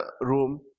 room